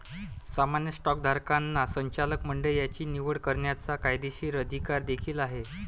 सामान्य स्टॉकधारकांना संचालक मंडळाची निवड करण्याचा कायदेशीर अधिकार देखील आहे